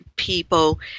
people